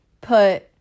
put